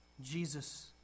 Jesus